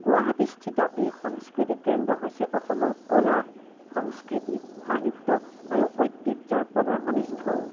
গুৱাহাটীস্থিত এই সাংস্কৃতিক কেন্দ্ৰ হৈছে অসমৰ কলা সংস্কৃতি সাহিত্য আৰু ঐতিহ্যৰ প্ৰদৰ্শনীস্থল